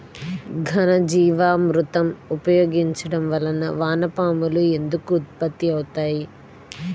ఘనజీవామృతం ఉపయోగించటం వలన వాన పాములు ఎందుకు ఉత్పత్తి అవుతాయి?